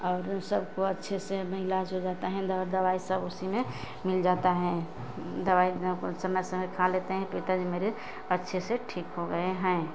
और उ सबको अच्छे से में इलाज हो जाता है दव दवाई सब उसी में मिल जाता है दवाई समझ समझ खा लेते हैं पिताजी मेरे अच्छे से ठीक हो गयें हैं